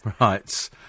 Right